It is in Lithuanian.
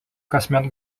kasmet